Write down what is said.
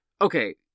okay